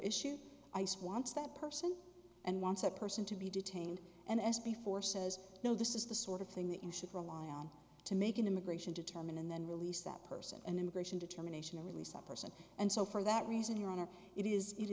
issues ice wants that person and wants a person to be detained and as before says no this is the sort of thing that you should rely on to make an immigration determine and then release that person an immigration determination or release a person and so for that reason your honor it is it